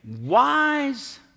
wise